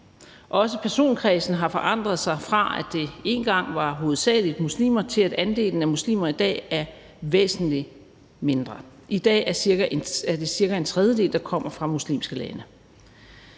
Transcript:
Også personkredsen har forandret sig, fra at det engang hovedsagelig var muslimer, til at andelen af muslimer i dag er væsentlig mindre. I dag er det cirka en tredjedel, der kommer fra muslimske lande.